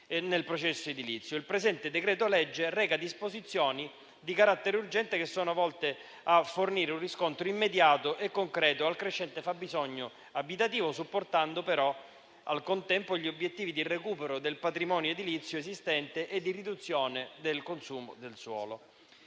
il presente decreto-legge reca disposizioni di carattere urgente volte a fornire un riscontro immediato e concreto al crescente fabbisogno abitativo, supportando però al contempo gli obiettivi di recupero del patrimonio edilizio esistente e di riduzione del consumo del suolo.